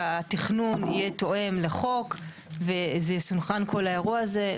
שהתכנון יהיה תואם לחוק וזה יסונכרן כל האירוע הזה.